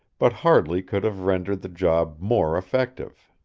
but hardly could have rendered the job more effective.